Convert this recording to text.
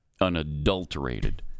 unadulterated